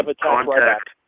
contact